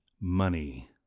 money